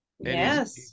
Yes